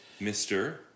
Mr